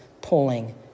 pulling